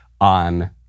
on